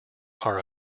are